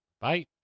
Bye